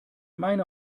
meine